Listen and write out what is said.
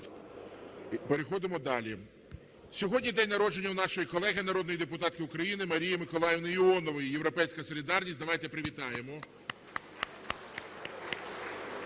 Переходимо далі. Сьогодні день народження нашої колеги народної депутатки України Марії Миколаївни Іонової, "Європейська солідарність". Давайте привітаємо.